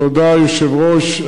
תודה, היושב-ראש.